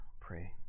pray